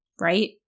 right